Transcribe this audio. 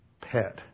pet